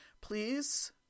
please